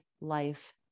life